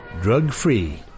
Drug-free